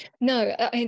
No